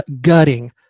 gutting